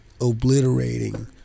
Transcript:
obliterating